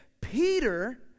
Peter